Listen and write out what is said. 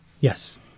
yes